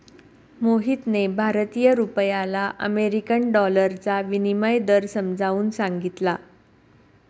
मोहितने भारतीय रुपयाला अमेरिकन डॉलरचा विनिमय दर समजावून सांगितला